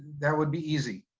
that would be easy.